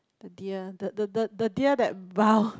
the deer the the the the deer that bow